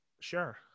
Sure